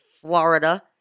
Florida